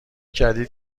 کردید